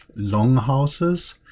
longhouses